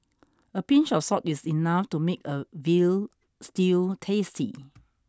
a pinch of salt is enough to make a veal stew tasty